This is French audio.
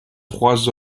trois